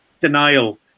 denial